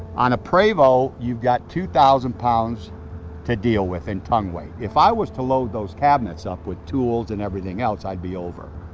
on a prevost, you've got two thousand pounds to deal with in tongue weight. if i was to load those cabinets up with tools and everything else, i'd be over.